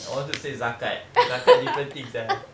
I wanted to say zakat zakat different thing sia